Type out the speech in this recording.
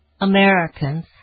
Americans